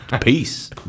Peace